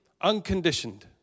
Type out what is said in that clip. unconditioned